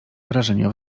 wyrażenia